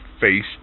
face